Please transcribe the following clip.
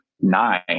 nine